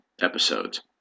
episodes